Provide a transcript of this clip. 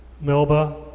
Melba